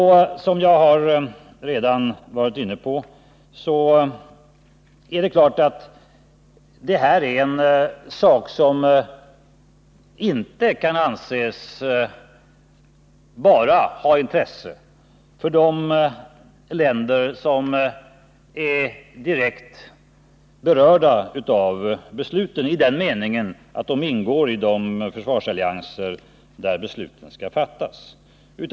Det är klart att detta inte, vilket jag redan har varit inne på, bara kan anses ha intresse för de länder som ingår i de försvarsallianser där besluten skall fattas.